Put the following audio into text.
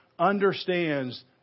understands